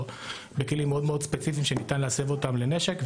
בכלים מאוד ספציפיים שניתן להסב אותם לנשק,